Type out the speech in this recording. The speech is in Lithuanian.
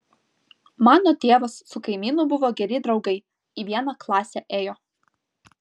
mano tėvas su kaimynu buvo geri draugai į vieną klasę ėjo